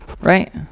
right